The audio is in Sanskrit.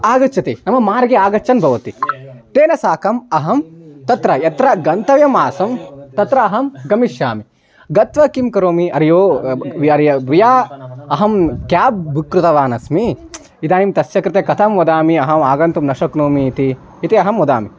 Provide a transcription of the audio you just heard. आगच्छति नाम मार्गे आगच्छन् भवति तेन साकम् अहं तत्र यत्र गन्तव्यम् आसं तत्र अहं गमिष्यामि गत्वा किं करोमि अरेयो ब् व्यारिय व्या अहं क्याब् बुक् कृतवानस्मि इदानीं तस्य कृते कथं वदामि अहम् आगन्तुम् न शक्नोमि इति इति अहं वदामि